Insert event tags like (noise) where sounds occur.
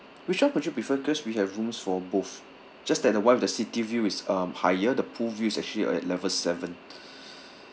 which one would you prefer because we have rooms for both just that the one with the city view is um higher the pool view is actually uh at level seven (breath)